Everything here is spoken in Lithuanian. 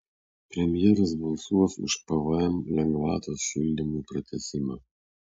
premjeras balsuos už pvm lengvatos šildymui pratęsimą